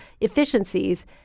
efficiencies